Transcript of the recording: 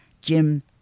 Jim